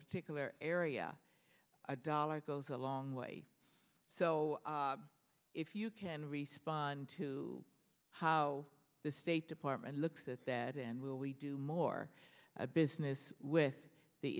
particular area a dollar goes a long way so if you can respond to how the state department looks at that and we do more business with the